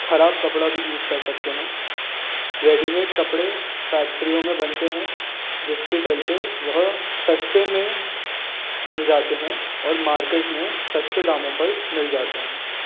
खराब कपड़ा भी यूज़ कर सकते हैं रेडीमेड कपड़े फैक्ट्रियों में बनते हैं जिसके चलते वह सस्ते में बन जाते हैं और मार्केट में सस्ते दामों पर मिल जाते हैं